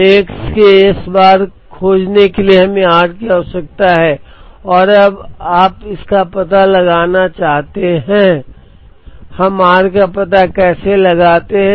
तो x के S बार को खोजने के लिए हमें r की आवश्यकता है और अब आप इसका पता लगाना चाहते हैं हम r का पता कैसे लगाते हैं